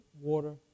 water